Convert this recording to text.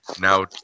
now